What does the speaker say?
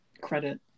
credit